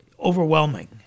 overwhelming